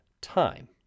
time